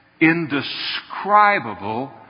indescribable